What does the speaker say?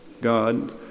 God